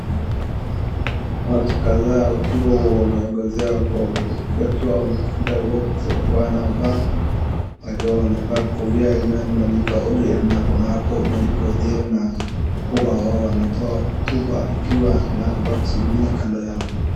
Watu kadhaa wakiwa wameongezea kwa wakiwa wamekuja wote wakiwa wanavaa kofia ambayo imeandikwa ODM na kuna hapo imeandikwa ODM na mkubwa wao anatoa hotuba ikiwa na watu wengine kando yao.